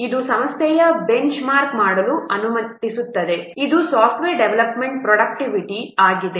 ಇದು ಸಂಸ್ಥೆಯನ್ನು benchmark ಮಾಡಲು ಅನುಮತಿಸುತ್ತದೆ ಇದು ಸಾಫ್ಟ್ವೇರ್ ಡೆವಲಪ್ಮೆಂಟ್ ಪ್ರೋಡಕ್ಟಿವಿಟಿ ಆಗಿದೆ